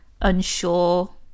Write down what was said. unsure